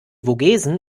vogesen